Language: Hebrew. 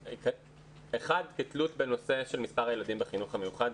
אחד כתלות בנושא של מספר הילדים בחינוך המיוחד,